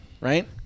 right